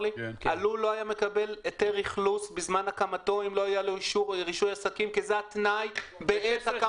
שנקבעה לו לפי תקנה 4 אם הוא מייצר את מכסתו בלול